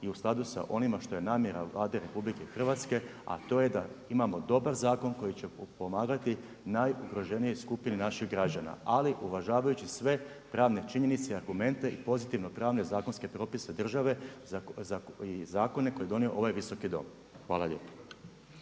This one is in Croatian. i u skladu sa onim što je namjera Vlade Republike Hrvatske, a to je da imamo dobar zakon koji će pomagati najugroženijoj skupini naših građana, ali uvažavajući sve pravne činjenice i argumente i pozitivne pravne zakonske propise države i zakone koje je donio ovaj Visoki dom. Hvala lijepo.